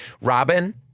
Robin